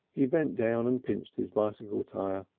he bent down and pinched his bicycle tire.